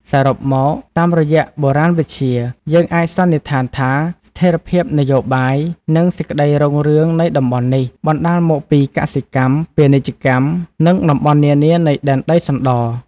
សរុបមកតាមរយៈបុរាណវិទ្យា យើងអាចសន្និដ្ឋានថា ស្ថេរភាពនយោបាយ និងសេចក្តីរុងរឿងនៃតំបន់នេះ បណ្តាលមកពីកសិកម្ម ពាណិជ្ជកម្ម និង តំបន់នានានៃ ដែនដីសណ្ដរ ។